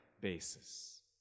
basis